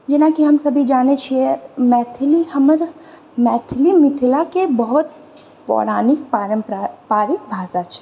जेनाकि हम सभी जानैत छिऐ मैथिली हमर मैथिली मिथिलाके बहुत पौराणिक पारम्परिक भाषा छै